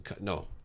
No